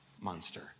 monster